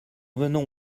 venons